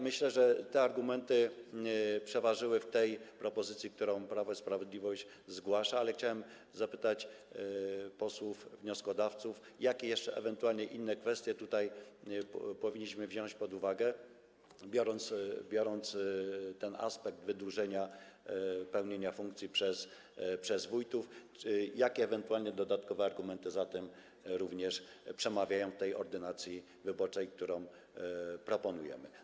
Myślę, że te argumenty przeważyły w tej propozycji, którą Prawo i Sprawiedliwość zgłasza, ale chciałem zapytać posłów wnioskodawców, jakie jeszcze ewentualnie inne kwestie tutaj powinniśmy wziąć pod uwagę, uwzględniając ten aspekt wydłużenia pełnienia funkcji przez wójtów, jakie ewentualnie dodatkowe argumenty za tym również przemawiają w tej ordynacji wyborczej, którą proponujemy.